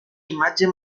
imatge